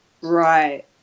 Right